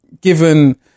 given